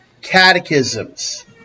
catechisms